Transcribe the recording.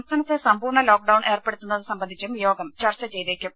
സംസ്ഥാനത്ത് സമ്പൂർണ്ണ ലോക്ഡൌൺ ഏർപ്പെടുത്തുന്നത് സംബന്ധിച്ചും യോഗം ചർച്ച ചെയ്തേക്കും